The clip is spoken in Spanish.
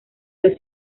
los